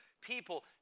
people